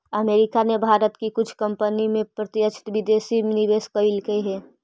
America ने भारत की कुछ कंपनी में प्रत्यक्ष विदेशी निवेश करकई हे